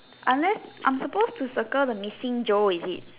unless I'm supposed to circle the missing Joe is it